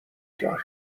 کرد